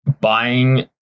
buying